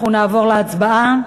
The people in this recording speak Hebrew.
נעבור להצבעה.